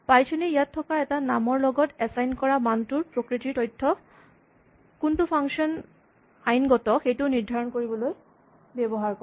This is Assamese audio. পাইথন এ ইয়াত থকা এটা নামৰ লগত এচাইন কৰা মানটোৰ প্ৰকৃতিৰ তথ্য কোনটো ফাংচন আইনগত সেইটো নিৰ্ধাৰণ কৰিবলৈ ব্যৱহাৰ কৰে